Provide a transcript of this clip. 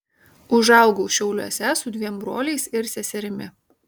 užaugau šiauliuose su dviem broliais ir seserimi